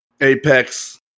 Apex